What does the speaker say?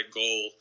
goal